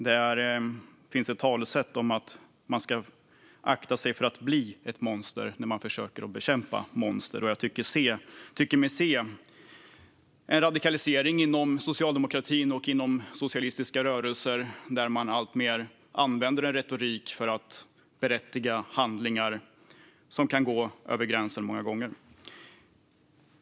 Det finns ett talesätt som säger att man ska akta sig för att bli ett monster när man försöker bekämpa monster. Jag tycker mig se en radikalisering inom socialdemokratin och inom socialistiska rörelser. Man använder allt mer retorik för att berättiga till handlingar som många gånger kan gå över gränsen.